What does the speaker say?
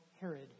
Herod